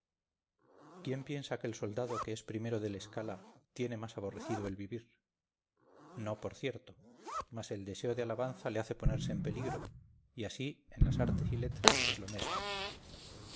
quién piensa que el soldado que es primero del escala tiene más aborrecido el vivir no por cierto mas el deseo de alabanza le hace ponerse en peligro y así en las artes y letras es lo mesmo